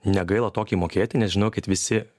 negaila tokį mokėti nes žinokit visi